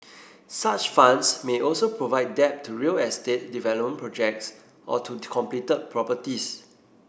such funds may also provide debt to real estate development projects or to completed properties